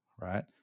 right